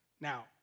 Now